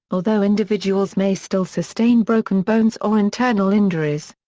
although individuals may still sustain broken bones or internal injuries.